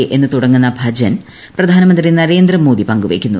എന്ന് തുടങ്ങുന്ന ഭജൻ പ്രധാനമന്ത്രി നരേന്ദ്രമോദി പങ്കുവയ്ക്കുന്നു